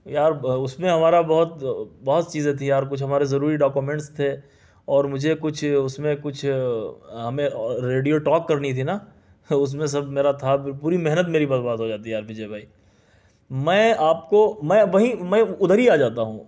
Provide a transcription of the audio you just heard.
یار اس میں ہمارا بہت بہت چیزیں تھیں یار کچھ ہمارے ضروری ڈاکومنٹس تھے اور مجھے کچھ اس میں کچھ ہمیں ریڈیو ٹاک کرنی تھی نا اس میں سب میرا تھا پوری محنت میری برباد ہو جاتی یار وجے بھائی میں آپ کو میں وہیں میں ادھر ہی آ جاتا ہوں